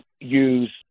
use